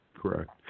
Correct